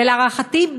ולהערכתי,